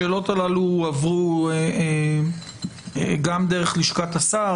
השאלות הללו הועברו גם דרך לשכת השר,